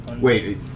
Wait